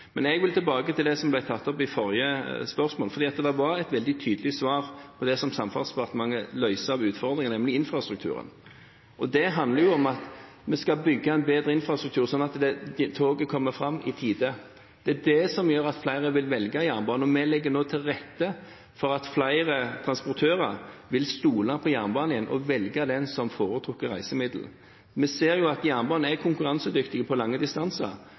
Men jeg vil tilbake til det som ble tatt opp i forrige spørsmål, for det var et veldig tydelig svar på det som Samferdselsdepartementet løser av utfordringer, nemlig infrastrukturen. Det handler om at vi skal bygge en bedre infrastruktur, slik at toget kommer fram i tide. Det er det som gjør at flere vil velge jernbane, og vi legger nå til rette for at flere transportører vil stole på jernbanen igjen og velge den som foretrukket reisemiddel. Vi ser at jernbanen er konkurransedyktig på lange distanser,